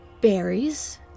berries